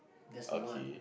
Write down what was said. there's a one